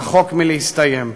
רחוק מלהסתיים.